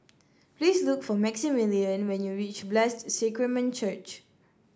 please look for Maximillian when you reach Blessed Sacrament Church